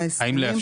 וגם להתייחס